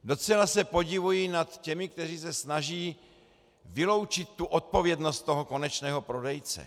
Docela se podivuji nad těmi, kteří se snaží vyloučit odpovědnost toho konečného prodejce.